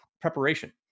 preparation